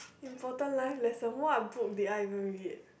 important life lesson what are book that I've ever read